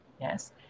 yes